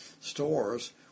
stores